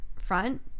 front